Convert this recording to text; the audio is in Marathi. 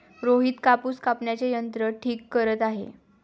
रोहित कापूस कापण्याचे यंत्र ठीक करत आहे